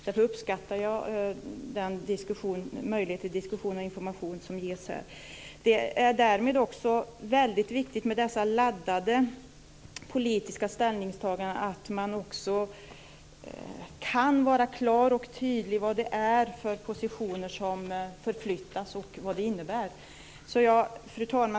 Därför uppskattar jag den möjlighet till diskussion och information som här ges. Med dessa laddade politiska ställningstaganden är det också väldigt viktigt att man kan vara klar och tydlig kring vad det är för positioner som förflyttas och vad det innebär. Fru talman!